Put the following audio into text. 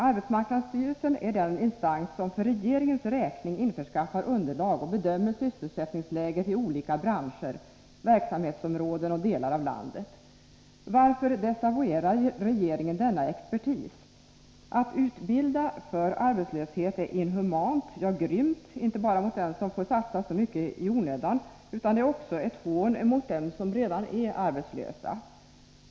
Arbetsmarknadsstyrelsen är den instans som för regeringens räkning införskaffar underlag och bedömer sysselsättningsläget i olika branscher, verksamhetsområden och delar av landet. Varför desavouerar regeringen denna expertis? Att utbilda för arbetslöshet är inhumant — ja, grymt — inte bara mot den som får satsa så mycket i onödan. Det är också ett hån mot dem som redan är arbetslösa.